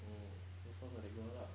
ugh just cause of that girl lah